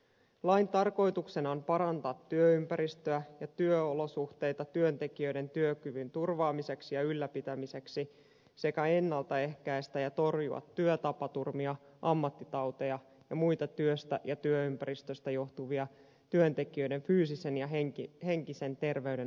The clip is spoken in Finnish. lain tarkoituksena on parantaa työympäristöä ja työolosuhteita työntekijöiden työkyvyn turvaamiseksi ja ylläpitämiseksi sekä ennalta ehkäistä ja torjua työtapaturmia ammattitauteja ja muita työstä ja työympäristöstä johtuvia työntekijöiden fyysisen ja henkisen terveyden haittoja